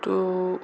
तू